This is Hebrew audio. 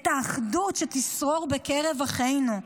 את האחדות שתשרור בקרב אחינו.